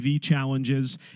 challenges